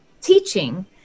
teaching